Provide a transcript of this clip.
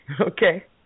Okay